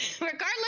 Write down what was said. regardless